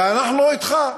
ואנחנו אתך.